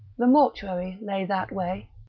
the mortuary lay that way.